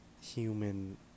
human